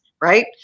Right